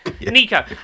Nico